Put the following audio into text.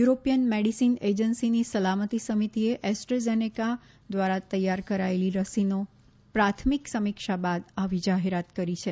European medicine એજન્સીની સલામતી સમિતીએ એસ્ટ્રેઝેનેકા દ્વારા તૈયાર કરાયેલી રસીનો પ્રાથમિક સમીક્ષા બાદ આવી જાહેરાત કરાઈ છે